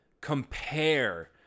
compare